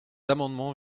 amendement